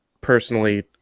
personally